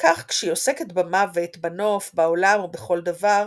כך כשהיא עוסקת במוות, בנוף, בעולם, ובכל דבר.